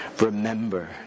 Remember